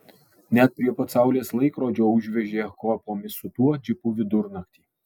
net prie pat saulės laikrodžio užvežė kopomis su tuo džipu vidurnaktį